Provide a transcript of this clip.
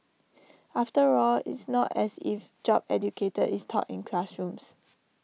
after all it's not as if job educator is taught in classrooms